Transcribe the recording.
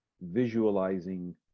visualizing